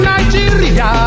Nigeria